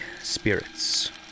spirits